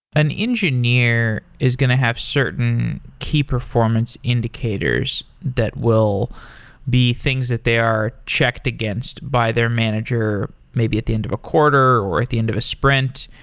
an engineer is going to have certain key performance indicators that will be things that they are checked against by their manager, maybe at the end of a quarter, or at the end of a sprint.